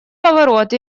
поворот